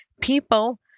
People